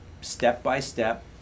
step-by-step